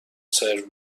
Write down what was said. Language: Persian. سرو